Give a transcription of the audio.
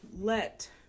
let